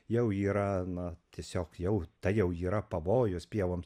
jau yra na tiesiog jau tai jau yra pavojus pievom